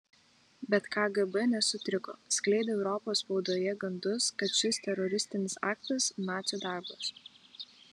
bet kgb nesutriko skleidė europos spaudoje gandus kad šis teroristinis aktas nacių darbas